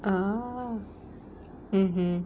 ah mmhmm